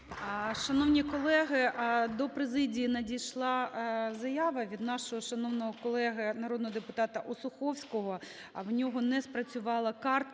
Шановні колеги, до президії надійшла заява від нашого шановного колеги народного депутата Осуховського. В нього не спрацювала картка